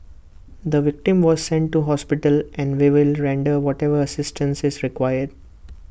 the victim was sent to hospital and we will render whatever assistance is required